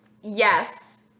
yes